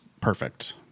perfect